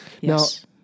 Yes